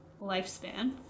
lifespan